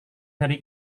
dari